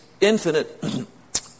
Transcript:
infinite